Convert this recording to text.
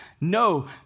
No